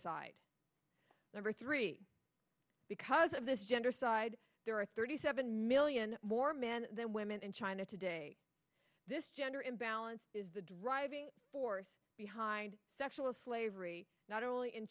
side number three because of this gender side there are thirty seven million more men than women in china today this gender imbalance is the driving force behind sexual slavery not only in